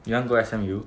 you wanna go S_M_U